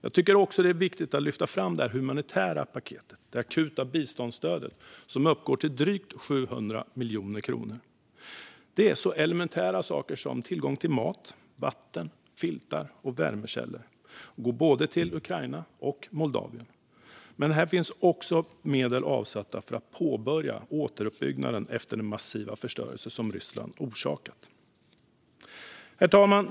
Det är också viktigt att lyfta fram det humanitära paketet, det akuta biståndsstödet, som uppgår till drygt 700 miljoner kronor. Det gäller så elementära saker som tillgång till mat, vatten, filtar och värmekällor. Det går till både Ukraina och Moldavien. Här finns också medel avsatta för att påbörja återuppbyggnaden efter den massiva förstörelse som Ryssland orsakat. Herr talman!